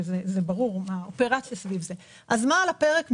מה מבחינתנו על הפרק.